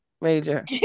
major